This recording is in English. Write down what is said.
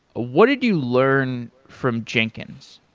what did you learn from jenkins?